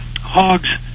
hogs